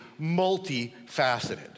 multifaceted